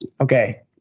okay